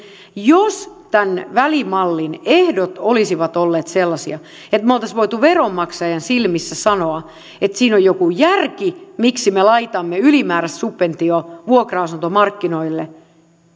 jos tämän välimallin ehdot olisivat olleet sellaisia että me olisimme voineet veronmaksajan silmissä sanoa että siinä on joku järki miksi me laitamme ylimääräistä subventiota vuokra asuntomarkkinoille